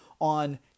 on